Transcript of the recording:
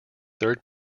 third